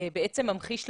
ממחיש לנו,